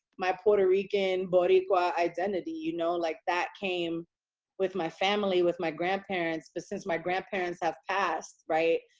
my puerto rican boriqua identity, you know, like that came with my family, with my grandparents. but since my grandparents have passed, right,